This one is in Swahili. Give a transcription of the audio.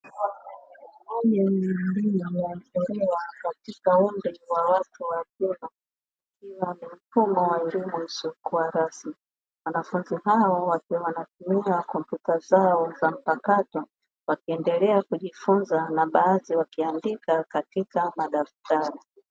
Moja ya elimu inayotolewa katika umri wa watu wazima, ikiwa ni mfumo wa elimu isiyokuwa rasmi. Wanafunzi hawa wakiwa wanatumia kompyuta zao za mpakato, wakiendelea kujifunza na baadhi wakiandika katika madaftari.